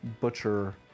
Butcher